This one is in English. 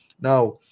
Now